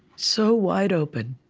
so wide open,